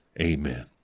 Amen